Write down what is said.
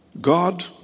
God